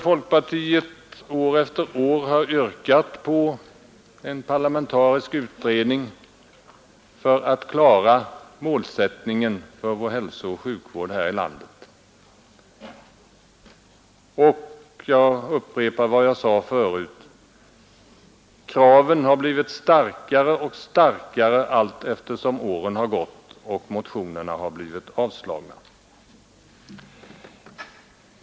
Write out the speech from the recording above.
Folkpartiet har år efter år yrkat på en parlamentarisk utredning för att klara målsättningen för hälsooch sjukvården här i landet, och — jag upprepar vad jag sade förut — kraven har blivit starkare och starkare allteftersom åren har gått och motionerna har blivit avslagna.